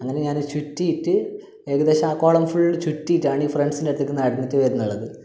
അങ്ങനെ ഞാൻ ചുറ്റീട്ട് ഏകദേശം ആ കുളം ഫുൾ ചുറ്റീട്ടാണ് ഈ ഫ്രെണ്ട്സ്സിന്റട്ത്തക്കെ നടന്നിട്ട് വരുന്നുള്ളത്